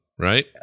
Right